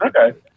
Okay